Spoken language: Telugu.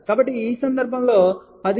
కాబట్టి ఇప్పుడు ఈ సందర్భంలో 10500